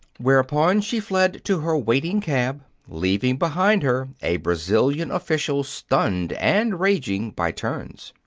whereupon she fled to her waiting cab, leaving behind her a brazilian official stunned and raging by turns.